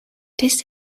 this